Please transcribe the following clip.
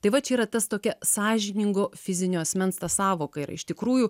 tai va čia yra tas tokia sąžiningo fizinio asmens sąvoka yra iš tikrųjų